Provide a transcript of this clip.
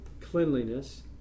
cleanliness